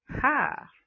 Ha